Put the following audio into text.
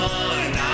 one